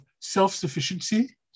self-sufficiency